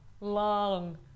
long